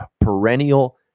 perennial